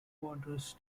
wanderers